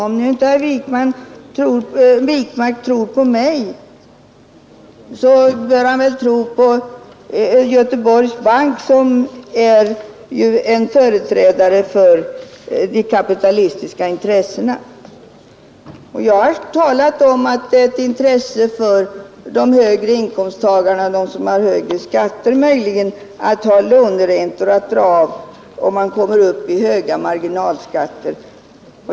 Om nu inte herr Wijkman tror på mig, så bör han väl tro på Göteborgs bank, som ju är en företrädare för de kapitalistiska intressena. Och jag har talat om att det är ett intresse för de högre inkomsttagarna att ha låneräntor att dra av, om de kommer upp i höga marginalskatter.